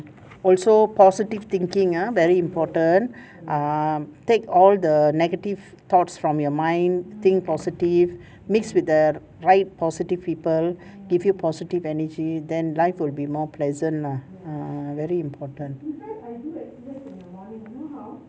also positive thinking ah very important um take all the negative thoughts from your mind think positive mix with the right positive people give you positive energy then life will be more pleasant lah ah very important